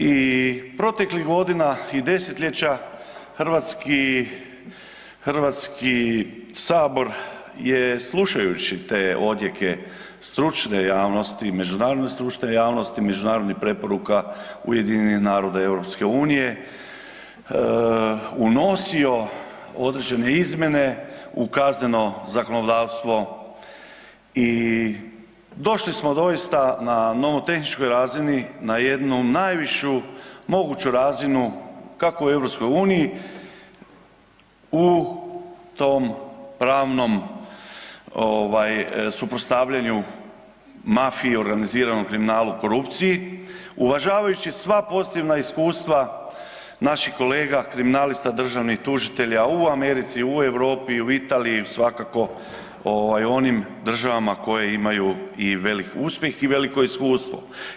I proteklih godina i desetljeća hrvatski, HS je slušajući te odjeke stručne javnosti, međunarodne stručne javnosti, međunarodnih preporuka UN-a i EU-a unosio određene izmjene u kazneno zakonodavstvo i došli smo doista na nomotehničkoj razini na jednu najvišu moguću razinu kako u EU-u u tom pravnom ovaj suprotstavljanju mafiji i organiziranom kriminalu, korupciji uvažavajući sva pozitivna iskustva naših kolega kriminalista, državnih tužitelja u Americi, u Europi, i u Italiji, svakako ovaj u onim državama koje imaju i velik uspjeh i veliko iskustvo.